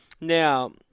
Now